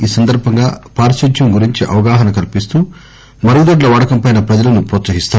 ఈ సందర్బంగా పారిశుధ్యం గురించి అవగాహన కల్పిస్తూ మరుగుదొడ్ల వాడకం పై ప్రజలను ప్రోత్పహిస్తారు